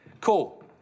Cool